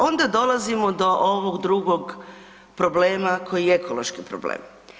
Onda dolazimo do ovog drugog problema koji je ekološki problem.